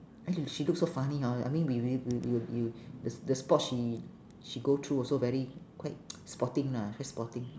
!aiyo! she look so funny hor I mean we we we you you the the sport she she go through also very quite sporting lah quite sporting